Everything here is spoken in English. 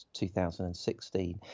2016